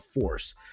force